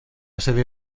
sede